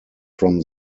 from